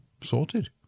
Sorted